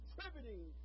contributing